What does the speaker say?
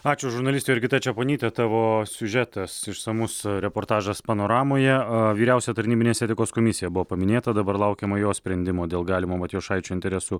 ačiū žurnalistė jurgita čeponytė tavo siužetas išsamus reportažas panoramoje aa vyriausioji tarnybinės etikos komisija buvo paminėta dabar laukiama jo sprendimo dėl galimo matjošaičio interesų